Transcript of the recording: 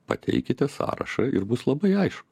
pateikite sąrašą ir bus labai aišku